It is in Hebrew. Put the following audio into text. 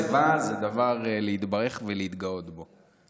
שיבה זה דבר להתברך בו ולהתגאות בו.